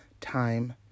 time